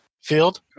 field